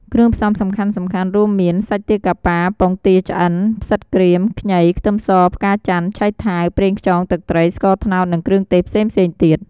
គ្រឿងផ្សំសំខាន់ៗរួមមាន សាច់ទាកាប៉ា ពងទាឆ្អិន ផ្សិតក្រៀម ខ្ញី ខ្ទឹមស ផ្កាចន្ទន៍ ឆៃថាវ ប្រេងខ្យង ទឹកត្រី ស្ករត្នោត និងគ្រឿងទេសផ្សេងៗទៀត។